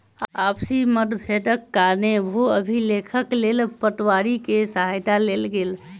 आपसी मतभेदक कारणेँ भू अभिलेखक लेल पटवारी के सहायता लेल गेल